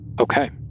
Okay